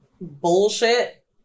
bullshit